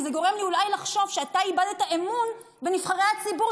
כי זה גורם לי אולי לחשוב שאתה איבדת אמון בנבחרי הציבור,